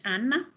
Anna